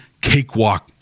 cakewalk